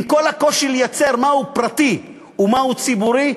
עם כל הקושי לייצר מהו פרטי ומהו ציבורי,